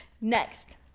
Next